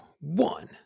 one